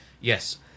Yes